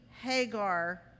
Hagar